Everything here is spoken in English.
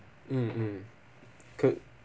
mm mm could